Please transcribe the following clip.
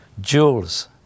jewels